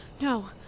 No